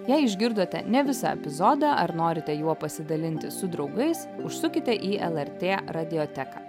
jei išgirdote ne visą epizodą ar norite juo pasidalinti su draugais užsukite į lrt radioteką